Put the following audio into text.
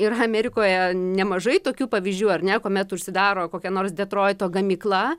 ir amerikoje nemažai tokių pavyzdžių ar ne kuomet užsidaro kokia nors detroito gamykla